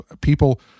people